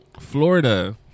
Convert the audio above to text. Florida